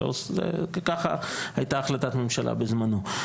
ככה היתה החלטת הממשלה בזמנו.